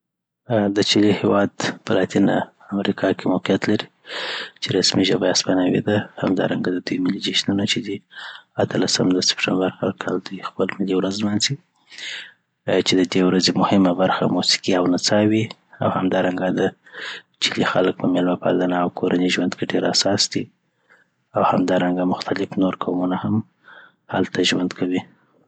د چیلي هیواد په لاتینه امریکا کي موقیعت لري چي رسمی ژبه یی هسپانوي ده او همدارنګه د دوی ملي جشنونه چي دی اتلسم د سیپتمبر هرکال دوي خپل ملي ورځ نمانځي چي د دی ورځی مهمه برخه موسیقي او نڅا وي او همدارنګه د چیلی خلک په میلمه پالنه او کورني ژوند کي ډیر اساس دي او همدارنګه مختلف نور قومونه هم هلته ژوند کوي.